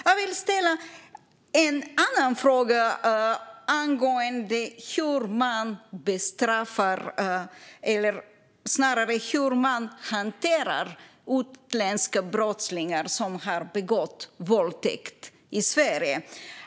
Jag vill ställa en annan fråga angående hur man bestraffar eller hanterar utländska brottslingar som har begått våldtäkt i Sverige.